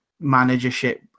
managership